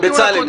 כן, בצלאל.